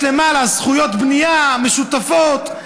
יש למעלה זכויות בנייה משותפות.